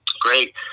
Great